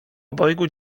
obojgu